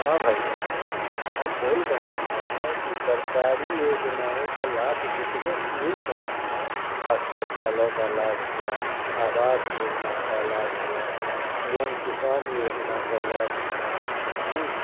हाँ भाईयों हम बोल रहे हैं कि सरकारी योजनाएँ का लाभ जितने मिल रहा है आज शौचालय का लाभ हुआ आवास योजना का लाभ हुआ पी एम किसान योजना का लाभ हुआ